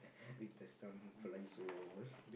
with the some flies over